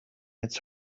its